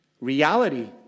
reality